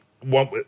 one